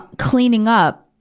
cleaning up,